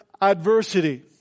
adversity